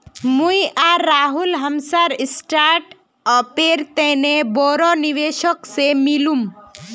मुई आर राहुल हमसार स्टार्टअपेर तने बोरो निवेशक से मिलुम